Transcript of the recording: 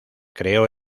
creó